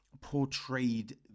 portrayed